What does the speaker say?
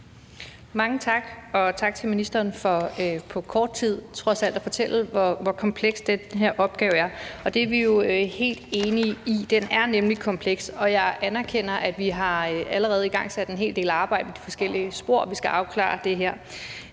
Mange tak, og tak til ministeren for på kort tid trods alt at fortælle, hvor kompleks den her opgave er. Det er vi jo helt enige i: Den er nemlig kompleks. Jeg anerkender, at vi allerede har igangsat en hel del arbejde i de forskellige spor, hvor vi skal afklare det her.